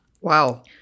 Wow